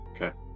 Okay